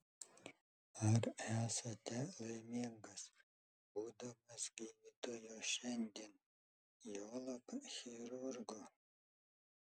ar esate laimingas būdamas gydytoju šiandien juolab chirurgu